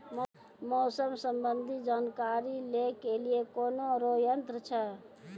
मौसम संबंधी जानकारी ले के लिए कोनोर यन्त्र छ?